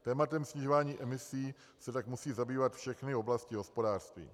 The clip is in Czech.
Tématem snižování emisí se tak musí zabývat všechny oblasti hospodářství.